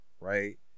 right